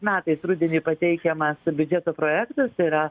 metais rudenį pateikiamas biudžeto projektas yra